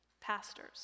pastors